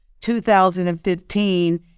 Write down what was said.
2015